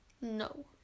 No